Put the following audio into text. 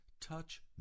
touch